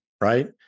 right